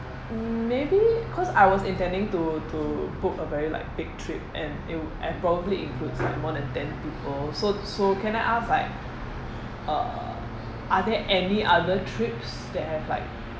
maybe cause I was intending to to book a very like big trip and it'll and probably includes like more than ten people so so can I ask like uh are there any other trips that have like